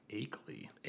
Akeley